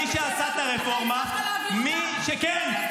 מי שעשה את הרפורמה --- אתה הצלחת להעביר אותה?